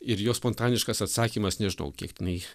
ir jo spontaniškas atsakymas nežinau kiek tenai